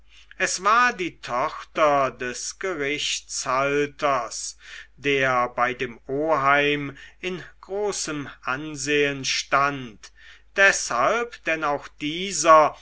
es war die tochter des gerichtshalters der bei dem oheim in großem ansehen stand deshalb denn auch dieser